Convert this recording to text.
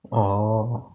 orh